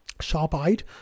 sharp-eyed